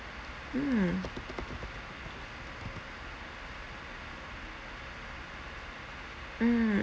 mm mm